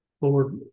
Lord